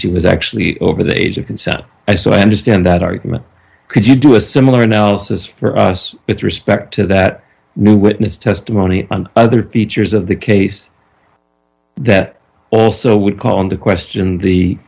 she was actually over the age of consent i so i understand that argument could you do a similar analysis for us with respect to that new witness testimony and other peters of the case that also would call into question the